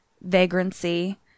vagrancy